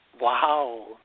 wow